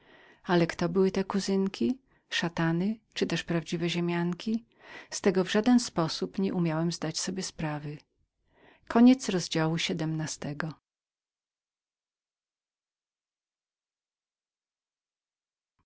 ale kto były te kuzynki szatany czyli prawdziwe ziemianki o tem w żaden sposób nie umiałem zdać sobie sprawy